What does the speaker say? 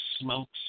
smokes